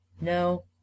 no